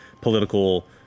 political